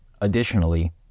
Additionally